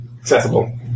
accessible